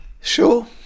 sure